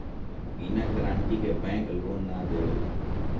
बिना गारंटी के bank loan ना देवेला